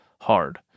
hard